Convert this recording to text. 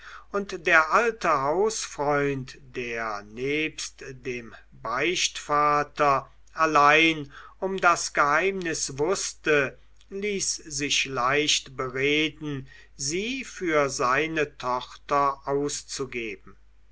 und der alte hausfreund der nebst dem beichtvater allein um das geheimnis wußte ließ sich leicht bereden sie für seine tochter auszugeben